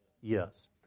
Yes